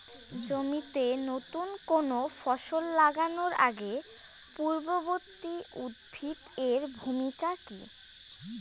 জমিতে নুতন কোনো ফসল লাগানোর আগে পূর্ববর্তী উদ্ভিদ এর ভূমিকা কি?